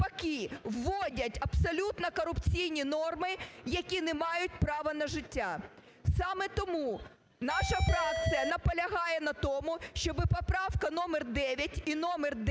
навпаки, вводять абсолютно корупційні норми, які не мають права на життя. Саме тому наша фракція наполягає на тому, щоб поправка номер 9 і номер 10